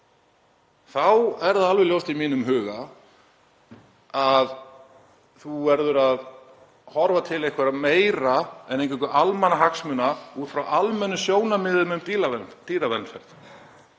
þá er það alveg ljóst í mínum huga að þú verður að horfa til einhvers meira en eingöngu almannahagsmuna, út frá almennum sjónarmiðum um dýravelferð.